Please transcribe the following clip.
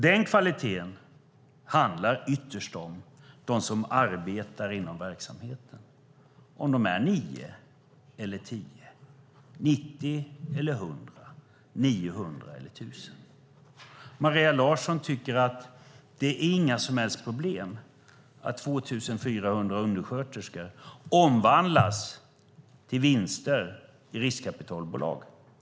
Den kvaliteten handlar ytterst om dem som arbetar inom verksamheten - om de är 9 eller 10, 90 eller 100, 900 eller 1 000. Maria Larsson tycker att det inte är några som helst problem att 2 400 undersköterskor omvandlas till vinster i riskkapitalbolag.